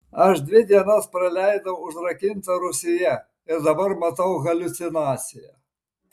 aš dvi dienas praleidau užrakinta rūsyje ir dabar matau haliucinaciją